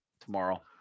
tomorrow